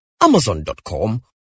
amazon.com